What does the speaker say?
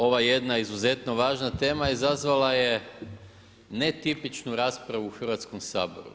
Ova jedna izuzetno važna tema izazvala je netipičnu raspravu u Hrvatskom saboru.